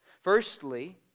Firstly